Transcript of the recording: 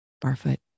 Barfoot